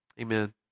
Amen